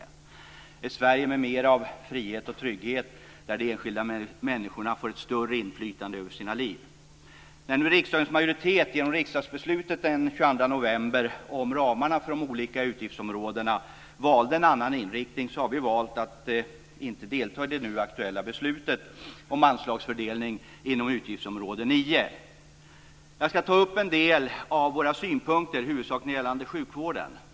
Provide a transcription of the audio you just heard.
Vi vill ha ett Sverige med mer av frihet och trygghet, där de enskilda människorna får ett större inflytande över sina liv. När nu riksdagens majoritet genom riksdagsbeslutet den 22 november om ramarna för de olika utgiftsområdena valde en annan inriktning har vi valt att inte delta i det nu aktuella beslutet om anslagsfördelning inom utgiftsområde 9. Jag ska ta upp en del av våra synpunkter huvudsakligen gällande sjukvården.